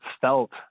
felt